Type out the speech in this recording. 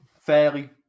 fairly